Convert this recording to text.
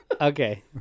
Okay